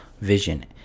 vision